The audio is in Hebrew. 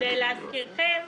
ולהזכירכם,